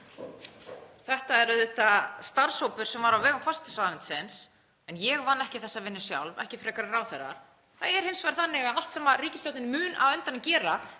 Þetta er auðvitað starfshópur sem var á vegum forsætisráðuneytisins en ég vann ekki þessa vinnu sjálf, ekki frekar en ráðherra. Það er hins vegar þannig að allt sem ríkisstjórnin mun á endanum gera